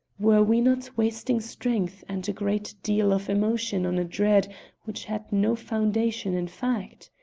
were we not wasting strength and a great deal of emotion on a dread which had no foundation in fact?